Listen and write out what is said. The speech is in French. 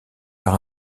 par